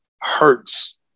hurts